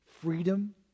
Freedom